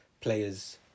players